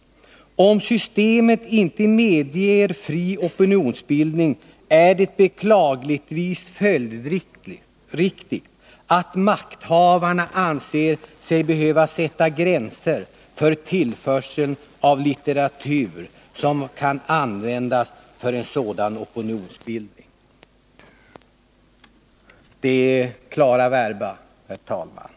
Om systemet inte medger fri opinionsbildning är det beklagligtvis följdriktigt att makthavarna anser sig behöva sätta gränser för tillförseln av litteratur som kan användas för en sådan opinionsbildning.” Det är klara verba, herr talman!